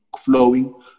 flowing